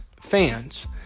fans